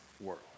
world